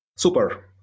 Super